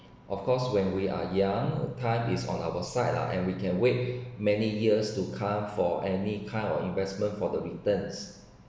of course when we are young time is on our side lah and we can wait many years to come for any kind of investment for the returns